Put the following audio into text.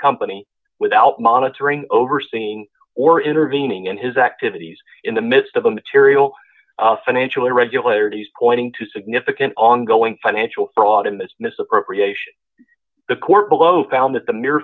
company without monitoring overseeing or intervening in his activities in the midst of a material financial irregularities pointing to significant ongoing financial fraud in this misappropriation the court below found that the mere